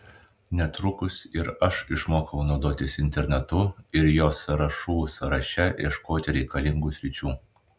netrukus ir aš išmokau naudotis internetu ir jo sąrašų sąraše ieškoti reikalingų sričių